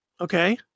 okay